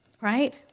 right